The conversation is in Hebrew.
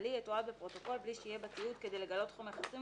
מינהלי יתועד בפרוטוקול בלי שיהיה בתיעוד כדי לגלות חומר חסוי